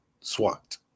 SWAT